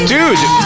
Dude